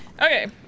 Okay